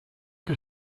que